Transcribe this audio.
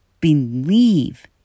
believe